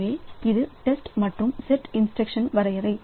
எனவேஇது டெஸ்ட் மற்றும் set instruction வரையறை